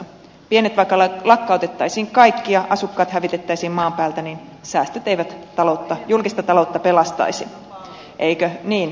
vaikka kaikki pienet lakkautettaisiin ja asukkaat hävitettäisiin maan päältä säästöt eivät julkista taloutta pelastaisi eikö niin ministeri